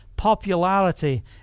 popularity